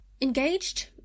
Engaged